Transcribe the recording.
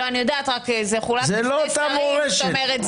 זו לא אותה מורשת.